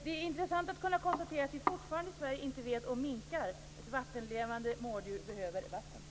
Det är intressant att konstatera att vi i Sverige fortfarande inte vet om minkar, ett vattenlevande mårddjur, behöver vatten.